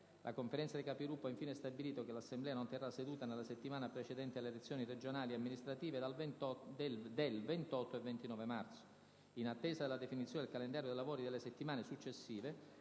La Conferenza dei Capigruppo ha infine stabilito che 1'Assemblea non terrà seduta nella settimana precedente le elezioni regionali e amministrative del 28 e 29 marzo. In attesa della definizione del calendario dei lavori delle settimane successive,